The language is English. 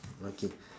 okay